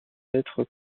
lettres